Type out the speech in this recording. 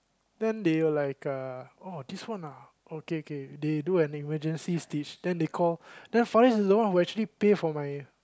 then they were like uh oh this one ah okay okay they do an emergency stitch then they call then Fariz is the one who actually pay for my